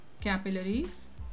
capillaries